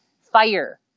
fire